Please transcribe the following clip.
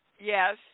Yes